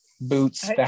Boots